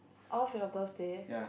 of your birthday